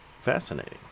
fascinating